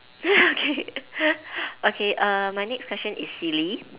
okay okay uh my next question is silly